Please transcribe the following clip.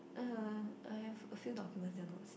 !uh huh! I have a few documents that are not saved